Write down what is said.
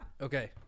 Okay